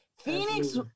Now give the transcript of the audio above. Phoenix